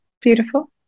beautiful